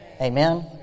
Amen